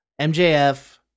MJF